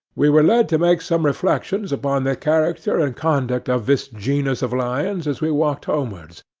we were led to make some reflections upon the character and conduct of this genus of lions as we walked homewards,